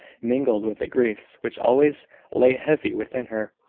mingled with the griefs which always lay heavy within her,